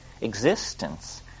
existence